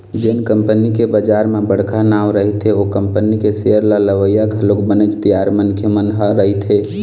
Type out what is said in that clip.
जेन कंपनी के बजार म बड़का नांव रहिथे ओ कंपनी के सेयर ल लेवइया घलोक बनेच तियार मनखे मन ह रहिथे